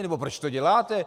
Nebo proč to děláte?